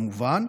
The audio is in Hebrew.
כמובן,